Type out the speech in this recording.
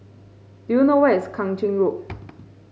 do you know where is Kang Ching Road